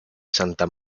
santa